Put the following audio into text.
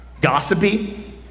gossipy